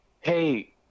Hey